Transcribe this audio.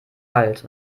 halt